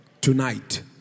tonight